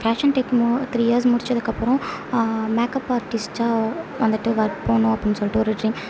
fashion tech three years முடிச்சதுக்கு அப்புறம் makeup ஆர்ட்டிஸ்ட்டாக வந்துட்டு ஒர்க் போகணும் அப்படினு சொல்லிட்டு ஒரு ட்ரீம் ஸோ